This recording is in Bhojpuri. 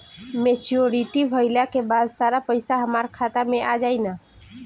मेच्योरिटी भईला के बाद सारा पईसा हमार खाता मे आ जाई न?